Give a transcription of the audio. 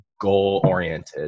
goal-oriented